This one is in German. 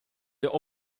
der